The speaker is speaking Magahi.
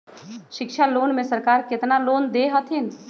शिक्षा लोन में सरकार केतना लोन दे हथिन?